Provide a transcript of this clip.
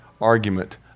argument